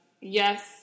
yes